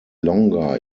longer